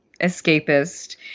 escapist